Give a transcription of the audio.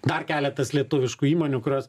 dar keletas lietuviškų įmonių kurios